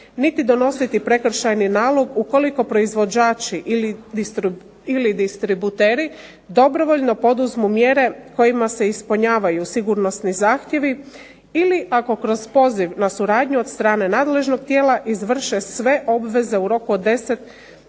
niti donositi prekršajni nalog ukoliko proizvođači ili distributeri dobrovoljno poduzmu mjere kojima se ispunjavaju sigurnosni zahtjevi ili ako kroz poziv na suradnju od strane nadležnog tijela izvrše sve obveze u roku od